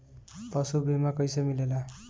पशु बीमा कैसे मिलेला?